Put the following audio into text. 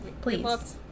please